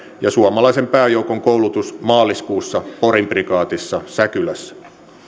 ja suomalaisen pääjoukon koulutus maaliskuussa porin prikaatissa säkylässä